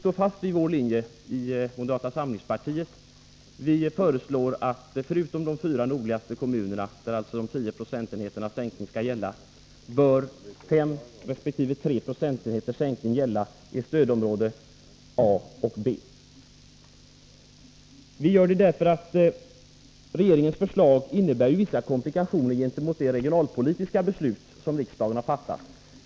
Moderata samlingspartiet står fast vid sin linje och föreslår att förutom i de fyra nordligaste kommunerna där en 10-procentig sänkning skall gälla, bör 5 resp. 3 procentenheters sänkning gälla i stödområdena A och B. Vi föreslår detta därför att regeringens förslag innebär vissa komplikationer gentemot de regionalpolitiska beslut som riksdagen har fattat.